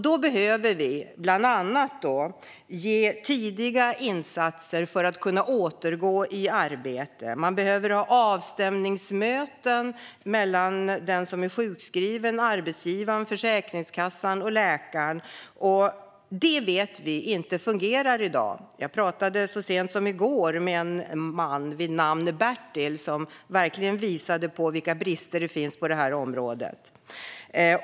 Då behöver vi bland annat ge tidiga insatser för att människor ska kunna återgå i arbete. Det behövs avstämningsmöten mellan den som är sjukskriven och arbetsgivaren, Försäkringskassan och läkaren. Vi vet att detta inte fungerar i dag. Så sent som i går talade jag med en man vid namn Bertil, som verkligen visade vilka brister som finns på detta område.